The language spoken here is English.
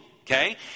okay